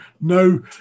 no